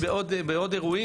נתקלתי בעוד אירועים.